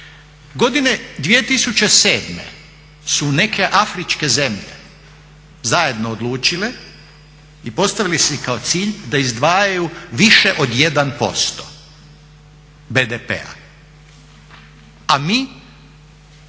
Godine 2007. su neke afričke zemlje zajedno odlučile i postavili si kao cilj da izdvajaju više od 1% BDP-a, a mi